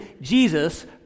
Jesus